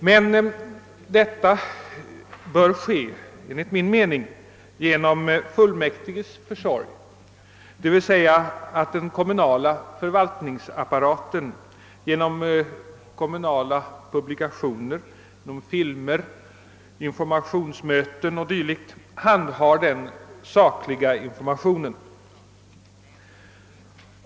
Men detta bör enligt min mening ske genom fullmäktiges försorg — d.v.s. så att den kommunala förvaltningsapparaten genom kommunala publikationer, filmer, informationsmöten o. d. handhar den sakliga informationen.